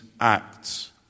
acts